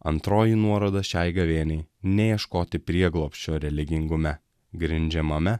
antroji nuoroda šiai gavėniai neieškoti prieglobsčio religingume grindžiamame